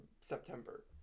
September